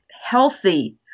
healthy